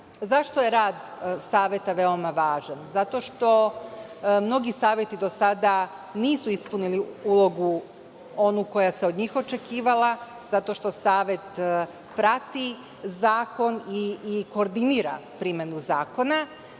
je rad Saveta veoma važan? Zato što mnogi saveti do sada nisu ispunili ulogu onu koja se od njih očekivala, zato što Savet prati zakon i koordinira primenu zakona.